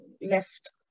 left